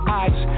eyes